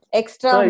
extra. (